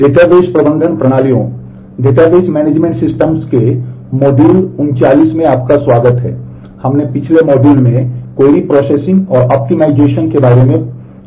database प्रबंधन प्रणालियों के बारे में चर्चा कर रहे हैं